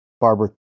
Barbara